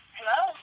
Hello